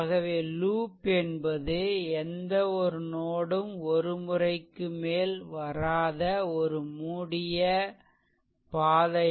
ஆகவே லூப் என்பது எந்த ஒரு நோட் ம் ஒரு முறைக்கு மேல் வராத ஒரு மூடிய பாதையாகும்